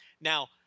Now